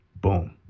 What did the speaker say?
Boom